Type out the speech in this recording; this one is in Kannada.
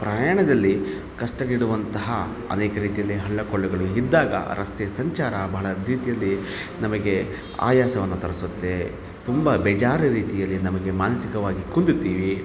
ಪ್ರಯಾಣದಲ್ಲಿ ಕಷ್ಟಗಿಡುವಂತಹ ಅನೇಕ ರೀತಿಯಲ್ಲಿ ಹಳ್ಳ ಕೊಳ್ಳಗಳು ಇದ್ದಾಗ ರಸ್ತೆ ಸಂಚಾರ ಭಾಳ ಅದ್ವಿತಿಯಲ್ಲಿ ನಮಗೆ ಆಯಾಸವನ್ನು ತರಿಸುತ್ತೆ ತುಂಬ ಬೇಜಾರು ರೀತಿಯಲ್ಲಿ ನಮಗೆ ಮಾನಸಿಕವಾಗಿ ಕುಂದುತ್ತೀವಿ